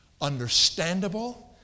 understandable